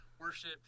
worship